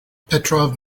petrov